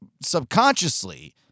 subconsciously